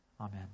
Amen